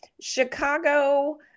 Chicago